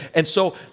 and so,